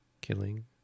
killing